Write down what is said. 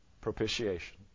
propitiation